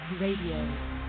Radio